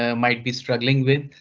ah might be struggling with.